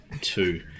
two